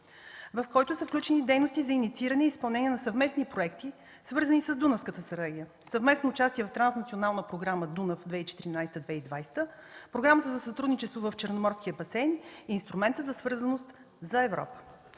в който са включени дейности за иницииране и изпълнение на съвместни проекти, свързани с Дунавската стратегия, съвместно участие в транснационална програма „Дунав 2014-2020”, Програмата за сътрудничество в Черноморския басейн и Инструмента за свързаност за Европа.